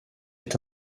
est